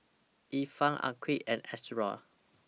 Irfan Aqil and Ashraff